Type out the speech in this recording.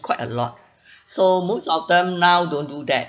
quite a lot so most of them now don't do that